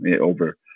over